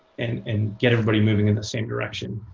and and get everybody moving in the same direction.